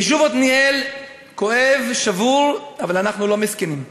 היישוב עתניאל כואב, שבור, אבל אנחנו לא מסכנים.